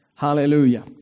Hallelujah